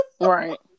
right